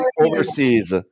overseas